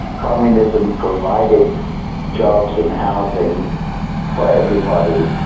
communism provided jobs and housing for everybody.